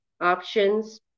options